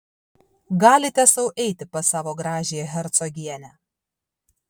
galite sau eiti pas savo gražiąją hercogienę